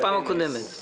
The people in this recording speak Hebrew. ופה אתם רואים את התוצאה.